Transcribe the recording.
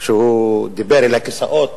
שהוא דיבר אל הכיסאות.